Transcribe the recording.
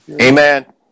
Amen